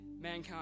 mankind